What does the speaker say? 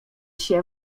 się